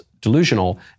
delusional